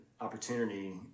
opportunity